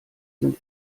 sind